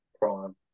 prime